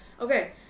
okay